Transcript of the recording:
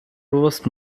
bewusst